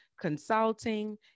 consulting